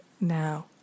now